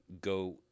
go